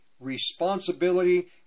responsibility